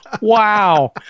Wow